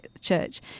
church